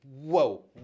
whoa